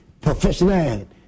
professional